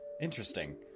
Interesting